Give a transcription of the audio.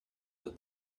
that